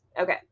okay